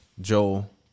Joel